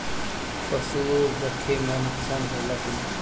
पशु रखे मे नुकसान होला कि न?